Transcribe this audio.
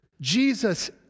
Jesus